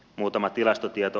muutama tilastotieto